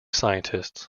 scientists